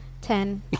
ten